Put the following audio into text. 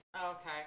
Okay